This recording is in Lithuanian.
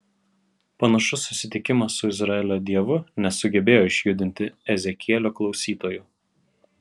panašus susitikimas su izraelio dievu nesugebėjo išjudinti ezekielio klausytojų